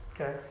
okay